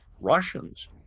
Russians